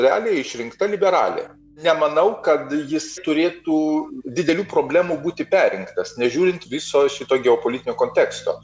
realiai išrinkta liberalė nemanau kad jis turėtų didelių problemų būti perrinktas nežiūrint viso šito geopolitinio konteksto